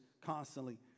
constantly